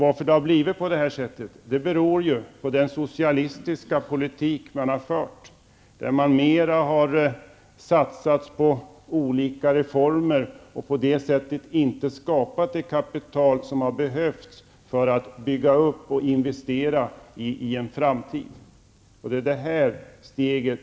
Att det har blivit på detta sätt, beror på den socialistiska politik som har förts, där man mera har satsat på olika reformer och på det sättet inte har skapat det kapital som har behövts för att bygga upp och investera i en framtid. Det är därför som detta steg tas.